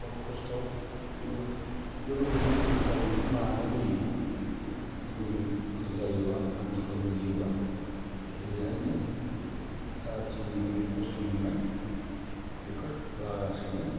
बहुद खस्थ' खिन्थु लोगोफोरजों जों गावजों गाव नालायलायोमोन ऐंगोलफोर जायोबा हान्थुफोर लोरियोबा बेहायनो जाखिनि माने खस्थ' मोननाय बेफोर लासैनो